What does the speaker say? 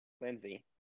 Lindsay